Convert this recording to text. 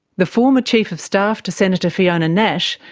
the former chief of staff to senator fiona nash,